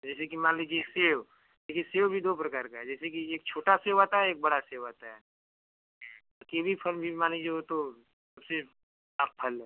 तो जैसे कि मान लीजिए सेब देखिए सेब भी दो प्रकार का है जैसे कि एक छोटा सेब आता है एक बड़ा सेब आता है कीवी फल भी मान लीजिए वो तो सबसे फल है